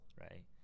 right